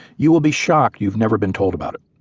you will be shocked you've never been told about it,